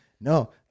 no